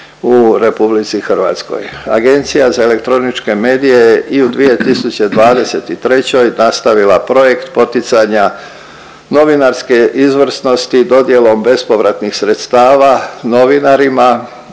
u RH. Agencija za elektroničke medije je i u 2023. nastavila projekt poticanja novinarske izvrsnosti dodjelom bespovratnih sredstava novinarima